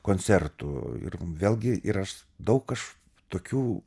koncertų ir vėlgi ir aš daug aš tokių